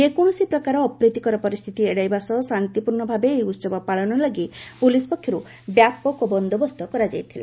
ଯେକୌଣସି ପ୍ରକାର ଅପ୍ରୀତିକର ପରିସ୍ଥିତି ଏଡ଼ାଇବା ସହ ଶାନ୍ତିପୂର୍ଣ୍ଣ ଭାବେ ଏହି ଉତ୍ସବ ପାଳନ ଲାଗି ପ୍ରଲିସ୍ ପକ୍ଷର୍ ବ୍ୟାପକ ବନ୍ଦୋବସ୍ତ କରାଯାଇଛି